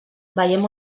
veiem